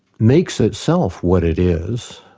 makes itself what it is,